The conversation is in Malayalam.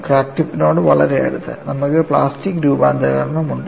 ക്രാക്ക് ടിപ്പിനോട് വളരെ അടുത്ത് നമുക്ക് പ്ലാസ്റ്റിക് രൂപാന്തരീകരണം ഉണ്ട്